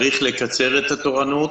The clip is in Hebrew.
צריך לקצר את התורנות.